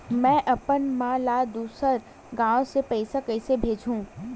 में अपन मा ला दुसर गांव से पईसा कइसे भेजहु?